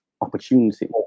opportunity